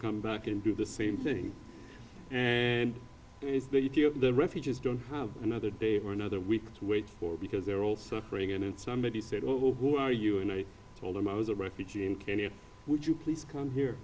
come back and do the same thing and the refugees don't have another day or another week to wait for because they're all suffering and somebody said who are you and i told them i was a refugee in kenya would you please come here